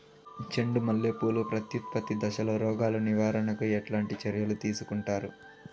చెండు మల్లె పూలు ప్రత్యుత్పత్తి దశలో రోగాలు నివారణకు ఎట్లాంటి చర్యలు తీసుకుంటారు?